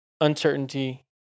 uncertainty